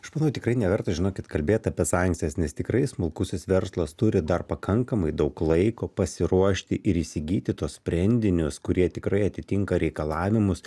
aš manau tikrai neverta žinokit kalbėt apie sankcijas nes tikrai smulkusis verslas turi dar pakankamai daug laiko pasiruošti ir įsigyti tuos sprendinius kurie tikrai atitinka reikalavimus